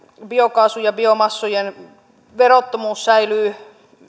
biokaasu ja biomassojen verottomuus säilyy